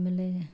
ಆಮೇಲೆ